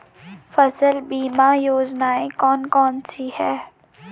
फसल बीमा योजनाएँ कौन कौनसी हैं?